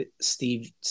Steve